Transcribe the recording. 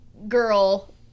girl